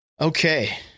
okay